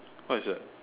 what is that